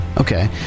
okay